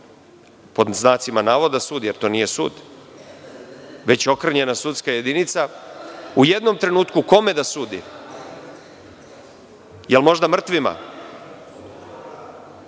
pod znacima navod, sud, jer to nije sud, već okrnjena sudska jedinica. U jednom trenutku kome da sudi? Da li možda mrtvima?